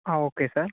okay sir